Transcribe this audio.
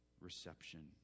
reception